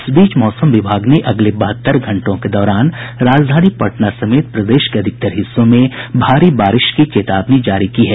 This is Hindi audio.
इस बीच मौसम विभाग ने अगले बहत्तर घंटों के दौरान राजधानी पटना समेत प्रदेश के अधिकतर हिस्सों में भारी बारिश की चेतावनी जारी की है